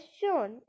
shown